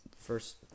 first